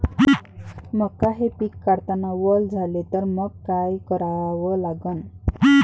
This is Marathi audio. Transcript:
मका हे पिक काढतांना वल झाले तर मंग काय करावं लागन?